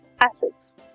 acids